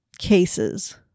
cases